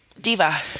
diva